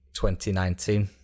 2019